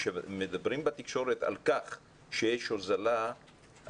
מדברים בתקשורת על כך שיש הוזלה,